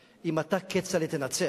אם נסים זאב ינצח, אם אתה, כצל'ה, תנצח.